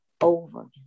over